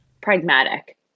pragmatic